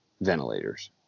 ventilators